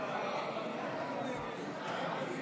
ההצעה